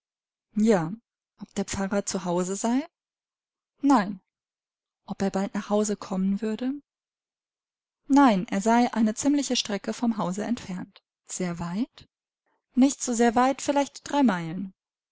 ja ob der pfarrer zu hause sei nein ob er bald nach hause kommen würde nein er sei eine ziemliche strecke vom hause entfernt sehr weit nicht so sehr weit vielleicht drei